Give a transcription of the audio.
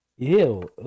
Ew